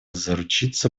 заручиться